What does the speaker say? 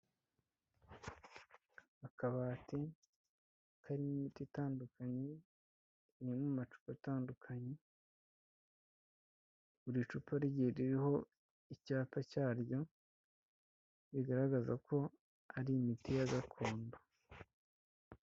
Akabati karimo imiti itandukanye, iri mu macupa atandukanye, buri cupa rigiye ririho icyapa cyaryo, bigaragaza ko ari imiti ya gakondo.